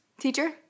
teacher